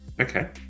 Okay